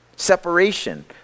separation